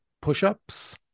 push-ups